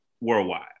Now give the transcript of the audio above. worldwide